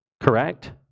correct